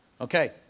Okay